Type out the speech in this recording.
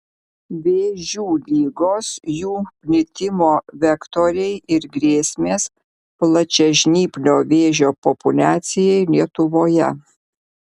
vėžių ligos jų plitimo vektoriai ir grėsmės plačiažnyplio vėžio populiacijai lietuvoje